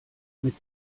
mit